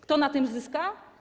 Kto na tym zyska?